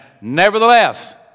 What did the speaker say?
Nevertheless